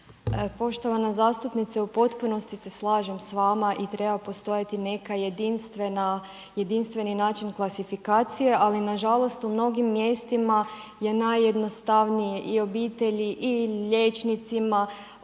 Poštovana zastupnice, u potpunosti se slažem s vama i treba postojati neka jedinstvena, jedinstveni način klasifikacije ali nažalost u mnogim mjestima je najjednostavnije i obitelji i liječnicima, iako